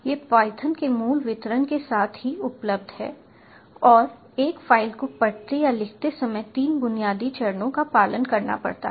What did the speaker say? यह पायथन के मूल वितरण के साथ ही उपलब्ध है और एक फ़ाइल को पढ़ते या लिखते समय तीन बुनियादी चरणों का पालन करना पड़ता है